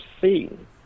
seen